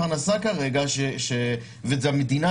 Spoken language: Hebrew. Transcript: לפני שד"ר אשר שלמון יתייחס לעניין,